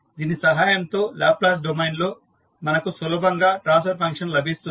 దీని సహాయంతో Laplace domain లో మనకు సులభంగా ట్రాన్స్ఫర్ ఫంక్షన్ లభిస్తుంది